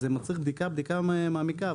זה מצריך בדיקה מעמיקה.